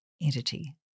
entity